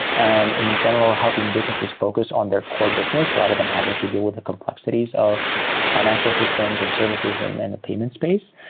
and in general, helping businesses focus on their core business rather than having to deal with the complexities of financial systems and services and and the payment space.